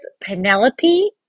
Penelope